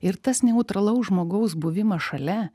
ir tas neutralaus žmogaus buvimas šalia